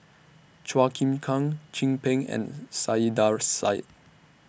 Chua Chim Kang Chin Peng and Saiedah Said